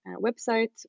website